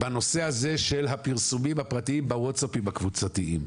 הצעה בנושא הזה של הפרסומים הפרטיים בוואטס אפים הקבוצתיים.